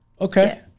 Okay